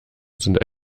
sind